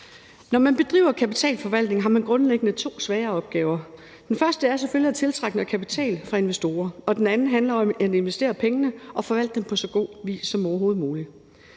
Når man bedriver kapitalforvaltning, har man grundlæggende to svære opgaver. Den første er selvfølgelig at tiltrække noget kapital fra investorer, og den anden handler om at investere pengene og forvalte dem på så god vis som overhovedet muligt.